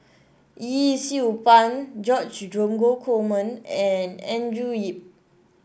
Yee Siew Pun George Dromgold Coleman and Andrew Yip